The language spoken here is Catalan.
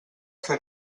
fer